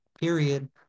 period